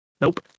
Nope